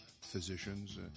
physicians